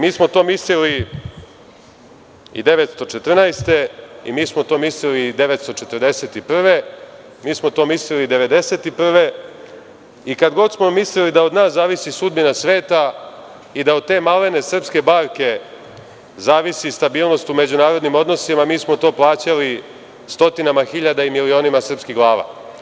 Mi smo to mislili i 1914, mi smo to mislili i 1941, mi smo to mislili i 1991. godine i kad god smo mislili da od nas zavisi sudbina sveta i da od te malene srpske barke zavisi stabilnost u međunarodnim odnosima, mi smo to plaćali stotinama hiljada i milionima srpskih glava.